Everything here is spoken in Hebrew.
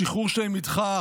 השחרור שלהם נדחה.